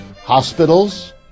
Hospitals